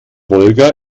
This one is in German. wolga